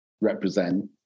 represent